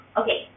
okay